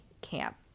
camp